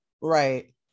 Right